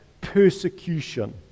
persecution